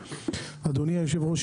אדוני היושב-ראש,